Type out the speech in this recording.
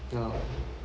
no